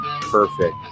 perfect